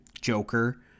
Joker